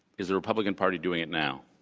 is the republican party doing it now?